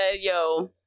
Yo